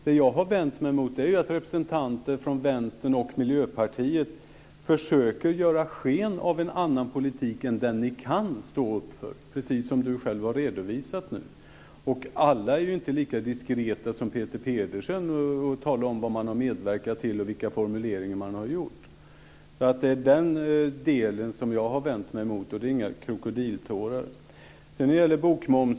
Vad jag har vänt mig mot är att ni representanter för Vänstern och Miljöpartiet försöker ge sken av en annan politik än den som ni kan stå upp för, precis som Peter Pedersen nu själv har redovisat. Alla är inte lika diskreta som Peter Pedersen och talar om vad man har medverkat till och vilka formuleringar man har gjort. Det är den delen som jag vänt mig mot och där är det alltså inte fråga om några krokodiltårar.